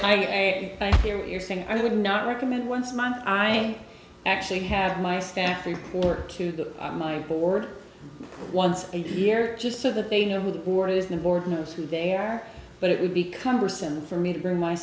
i hear what you're saying i would not recommend once a month i actually have my staff report q the board once a year just so the they know who the board is the board knows who they are but it would be cumbersome for me to bring my